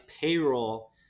payroll